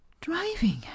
Driving